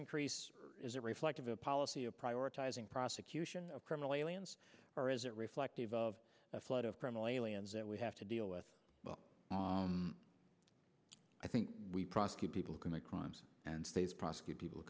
increase is a reflective of a policy of prioritizing prosecution of criminal aliens or is it reflective of the flood of criminal aliens that we have to deal with i think we prosecute people who commit crimes and states prosecute people who